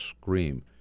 scream